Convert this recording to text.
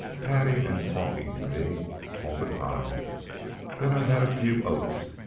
patting and talking to me all the time then i had a few oats,